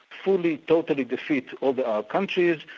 fully, totally defeat all the arab countries.